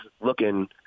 looking